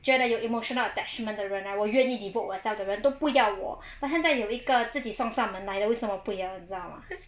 觉得有 emotional attachment the 人 right 我愿意 devote 我 self 的人都不要我 but 现在有一个自己送上门来的为什么不要知道吗